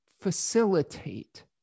facilitate